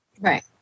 right